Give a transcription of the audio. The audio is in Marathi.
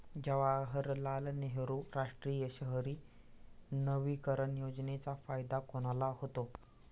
जवाहरलाल नेहरू राष्ट्रीय शहरी नवीकरण योजनेचा फायदा कोणाला होतो?